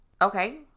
okay